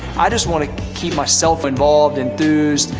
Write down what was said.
i just want to keep myself involved, enthused,